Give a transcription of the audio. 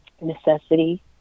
necessity